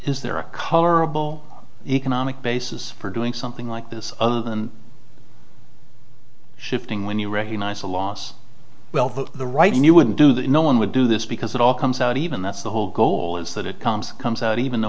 is there a colorable economic basis for doing something like this other than shifting when you recognize a loss the right and you wouldn't do that no one would do this because it all comes out even that's the whole goal is that it comes comes out even no